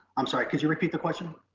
i'm sorry, could you repeat the question?